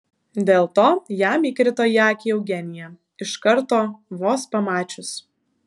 dėl to jam įkrito į akį eugenija iš karto vos pamačius